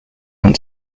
want